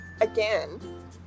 again